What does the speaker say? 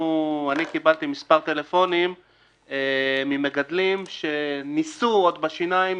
אני קיבלתי מספר שיחות טלפון ממגדלים שניסו עוד בשיניים